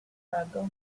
tarragona